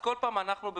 כל פעם מנסים פה,